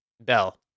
Bell